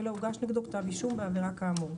ולא הוגש נגדו כתב אישום בעבירה כאמור.